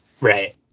Right